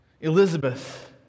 Elizabeth